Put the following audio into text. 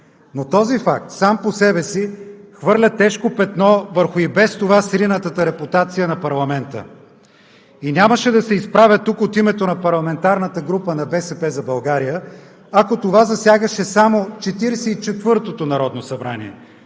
Но този факт сам по себе си хвърля тежко петно върху и без това сринатата репутация на парламента. Нямаше да се изправя тук от името на парламентарната група на „БСП за България“, ако това засягаше само Четиридесет